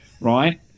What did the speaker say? Right